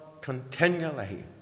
continually